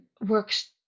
works